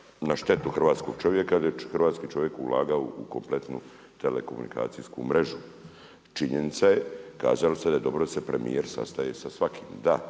na štetu hrvatskog čovjeka … čovjek ulagao u kompletnu telekomunikacijsku mrežu. Činjenica je kazali ste da je dobro da se premijer sastaje sa svakim, da,